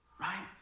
right